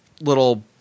little